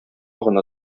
гына